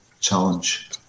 challenge